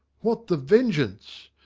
what the vengeance,